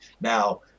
Now